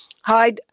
Hi